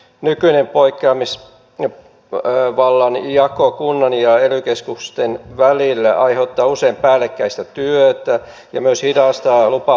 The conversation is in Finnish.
nykyinen poikkeamisvallan jako kunnan ja ely keskusten välillä aiheuttaa usein päällekkäistä työtä ja myös hidastaa lupaprosesseja